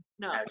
No